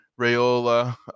Rayola